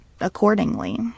accordingly